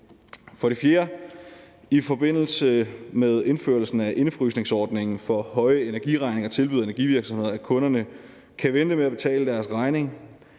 energivirksomhederne med indførelsen af indefrysningsordningen for høje energiregninger tilbyder, at kunderne kan vente med at betale deres regning.